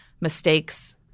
mistakes